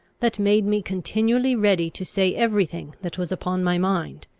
that made me continually ready to say every thing that was upon my mind,